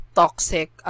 toxic